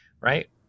Right